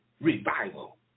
revival